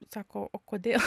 sako o kodėl